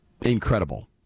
incredible